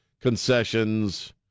concessions